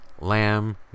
lamb